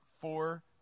four